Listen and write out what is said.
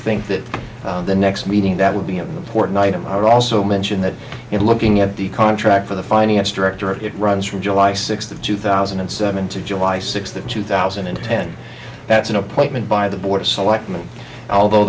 think that the next meeting that would be in the porton item i would also mention that in looking at the contract for the finance director it runs from july sixth of two thousand and seven to july sixth of two thousand and ten that's an appointment by the board of selectmen although